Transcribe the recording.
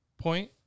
point